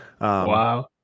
wow